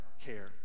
care